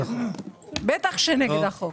בטח שנגד החוק.